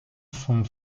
vom